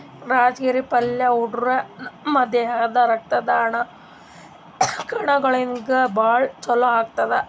ರಾಜಗಿರಿ ಪಲ್ಯಾ ಉಂಡ್ರ ನಮ್ ದೇಹದ್ದ್ ರಕ್ತದ್ ಕಣಗೊಳಿಗ್ ಭಾಳ್ ಛಲೋ ಅಂತಾರ್